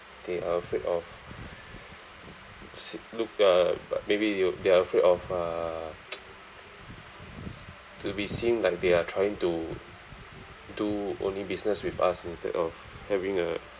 they are afraid of see look uh maybe you they're afraid of uh to be seen like they are trying to do only business with us instead of having a